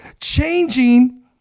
Changing